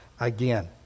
again